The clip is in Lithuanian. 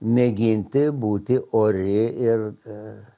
mėginti būti ori ir